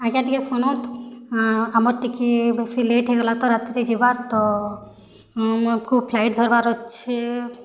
ଆଜ୍ଞା ଟିକେ ଶୁନୁତ୍ ଆମର୍ ଟିକେ ବେଶୀ ଲେଟ୍ ହେଇଗଲା ତ ରାତିରେ ଯିବାର୍ ତ ଆମକୁ ଫ୍ଲାଇଟ୍ ଧରବାର୍ ଅଛେ